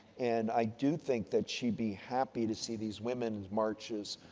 and i do think that she'd be happy to see these women marches.